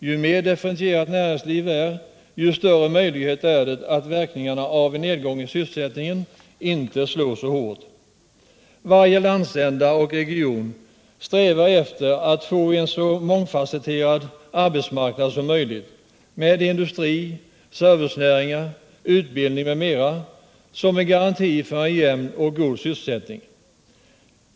Ju mer differentierat näringslivet är, desto större är möjligheterna att verkningarna av en nedgång i sysselsättningen inte slår så hårt. Varje landsända och region strävar efter att få en så mångfasetterad arbetsmarknad som möjligt med industri, servicenäringar, utbildning m.m. som garanti för en jämn och god sysselsättning.